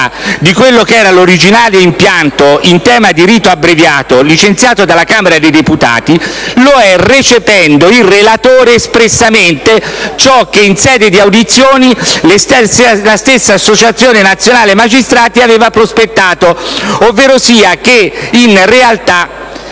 dell'originale impianto in tema di rito abbreviato, licenziato dalla Camera dei deputati, è tale avendo il relatore recepito espressamente ciò che in sede di audizioni la stessa Associazione nazionale magistrati aveva prospettato, ovverosia il fatto